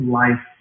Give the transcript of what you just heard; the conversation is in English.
life